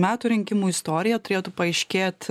metų rinkimų istoriją turėtų paaiškėt